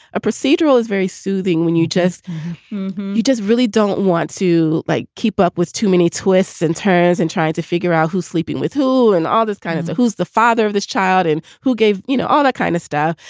a procedural is very soothing when you just you just really don't want to, like keep up with too many twists and turns and tries to figure out who's sleeping with whom and all this kind of. who's the father of this child and who gave, you know, all that kind of stuff.